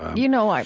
you know,